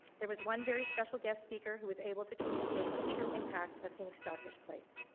there was one very special guest speaker who was able to communicate the true impact of phoenix starfish place.